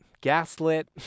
gaslit